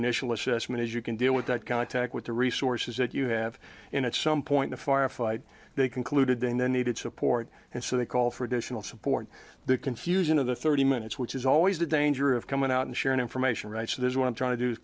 initial assessment is you can deal with that contact with the resources that you have and at some point the firefight they concluded they needed support and so they call for additional support the confusion of the thirty minutes which is always the danger of coming out and sharing information right so there's what i'm trying to do is